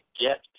get